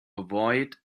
avoid